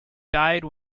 died